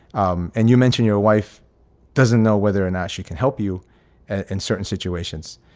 um and you mentioned your wife doesn't know whether or not she can help you in certain situations.